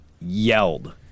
yelled